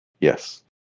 Yes